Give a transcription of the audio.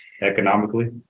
economically